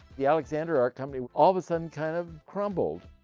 the alexander art company all of a sudden kind of crumbled.